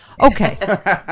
okay